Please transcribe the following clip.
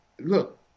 look